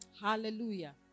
Hallelujah